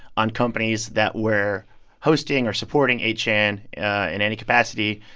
on companies that were hosting or supporting eight chan in any capacity.